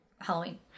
Halloween